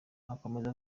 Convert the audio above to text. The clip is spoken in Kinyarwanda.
akomeza